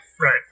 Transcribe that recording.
right